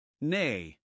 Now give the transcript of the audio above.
Nay